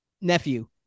Nephew